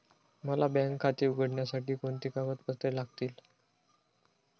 मला बँक खाते उघडण्यासाठी कोणती कागदपत्रे लागतील?